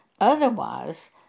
Otherwise